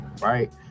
right